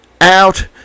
out